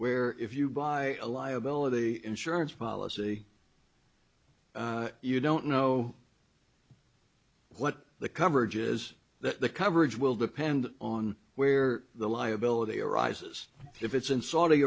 where if you buy a liability insurance policy you don't know what the coverage is that the coverage will depend on where the liability arises if it's in saudi